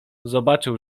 zobaczył